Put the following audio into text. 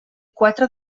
quatre